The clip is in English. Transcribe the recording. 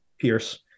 Pierce